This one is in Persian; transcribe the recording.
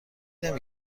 نمی